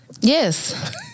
Yes